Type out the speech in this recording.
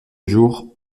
jour